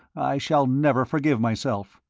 i shall never forgive myself.